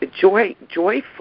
joyful